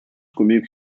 comigo